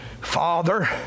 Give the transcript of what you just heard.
Father